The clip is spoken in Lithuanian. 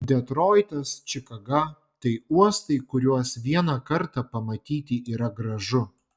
detroitas čikaga tai uostai kuriuos vieną kartą pamatyti yra gražu